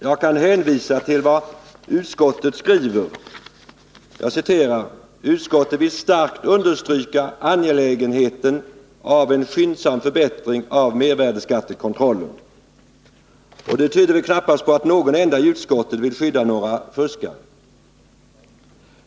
Jag kan hänvisa till vad utskottet skriver: ”Utskottet vill starkt understryka angelägenheten av en skyndsam förbättring av mervärdeskattekontrollen.” Det tyder väl knappast på att det finns någon enda i utskottet som vill skydda några fuskare.